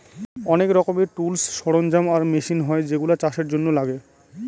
অনেক রকমের টুলস, সরঞ্জাম আর মেশিন হয় যেগুলা চাষের জন্য লাগে